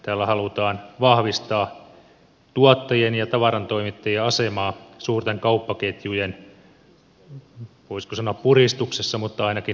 tällä halutaan vahvistaa tuottajien ja tavarantoimittajien asemaa suurten kauppaketjujen voisiko sanoa puristuksessa mutta ainakin neuvottelukumppanina